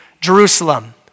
Jerusalem